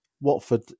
Watford